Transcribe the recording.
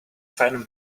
fan